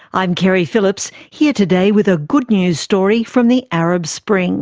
i'm keri phillips, here today with a good news story from the arab spring